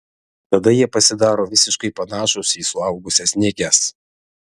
tada jie pasidaro visiškai panašūs į suaugusias nėges